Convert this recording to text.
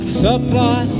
supply